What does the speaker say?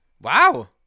Wow